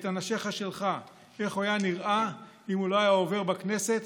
את אנשיך שלך איך הוא היה נראה אם הוא לא היה עובר בכנסת.